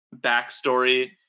backstory